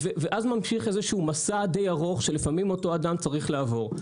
ואז ממשיך איזשהו מסע די ארוך שלפעמים אותו אדם צריך לעבור.